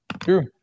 True